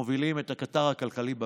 שמובילים את הקטר הכלכלי במשק.